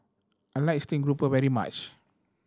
I like steamed grouper very much